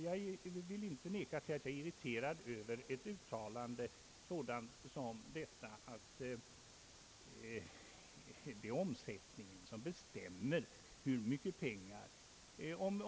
Jag vill inte neka till att jag är irriterad över ett uttalande sådant som detta, att det är omsättningen som bestämmer hur mycket pengar som skall finnas i marknaden.